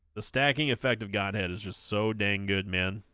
the stacking effect of godhead is just so dang good man